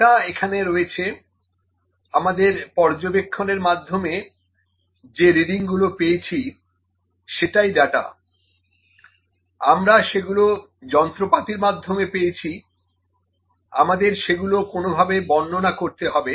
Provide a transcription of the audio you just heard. data এখানে রয়েছে আমাদের পর্য্যবেক্ষণের মাধ্যমে যে রিডিং গুলো পেয়েছি সেটাই ডাটা আমরা সেগুলো যন্ত্রপাতির মাধ্যমে পেয়েছি আমাদের সেগুলো কোনোভাবে বর্ণনা করতে হবে